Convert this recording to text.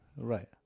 Right